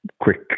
quick